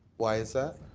why is that?